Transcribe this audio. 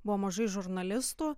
buvo mažai žurnalistų